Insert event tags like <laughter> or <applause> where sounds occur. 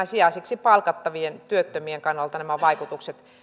<unintelligible> sijaiseksi palkattavien työttömien kannalta nämä vaikutukset